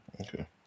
okay